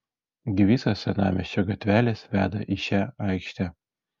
gi visos senamiesčio gatvelės veda į šią aikštę